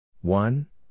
one